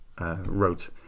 wrote